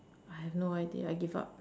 I have no idea I give up